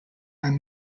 are